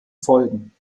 folgen